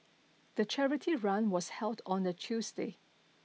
the charity run was held on a Tuesday